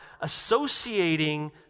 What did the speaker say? associating